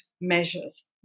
measures